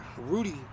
Rudy